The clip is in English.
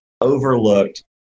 overlooked